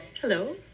hello